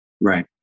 Right